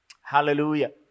Hallelujah